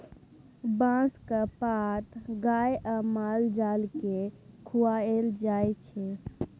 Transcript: बाँसक पात गाए आ माल जाल केँ खुआएल जाइ छै